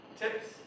tips